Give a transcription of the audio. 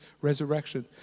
resurrection